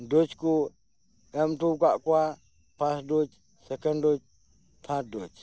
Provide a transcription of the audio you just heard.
dose ᱠᱚ ᱮᱢ ᱦᱚᱴᱚ ᱟᱠᱟᱫ ᱠᱚᱣᱟ first dose second dose third dose